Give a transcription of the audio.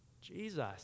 Jesus